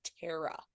Terra